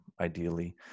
ideally